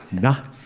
not